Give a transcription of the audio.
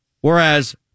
Whereas